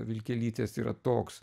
vilkelytės yra toks